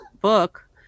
book